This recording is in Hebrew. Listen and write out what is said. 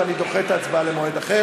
ואני דוחה את ההצבעה למועד אחר,